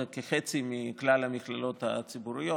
זה כחצי מכלל המכללות הציבוריות.